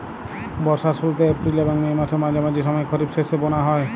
বর্ষার শুরুতে এপ্রিল এবং মে মাসের মাঝামাঝি সময়ে খরিপ শস্য বোনা হয়